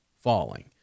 falling